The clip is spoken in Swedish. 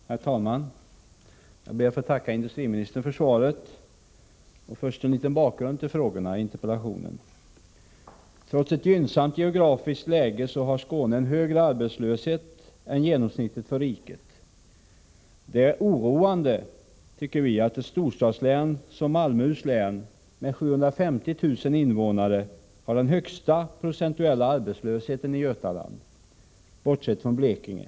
Herr talman! Jag ber att få tacka industriministern för svaret. Först en liten bakgrund till frågorna i interpellationen. Trots ett gynnsamt geografiskt läge har Skåne högre arbetslöshet än genomsnittet för riket. Det är oroande, tycker vi, att ett storstadslän som Malmöhus län med 750 000 invånare har den högsta procentuella arbetslösheten i Götaland, bortsett från Blekinge.